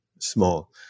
small